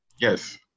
Yes